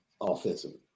offensively